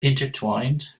intertwined